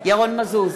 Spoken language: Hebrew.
ירון מזוז,